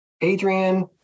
Adrian